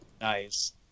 nice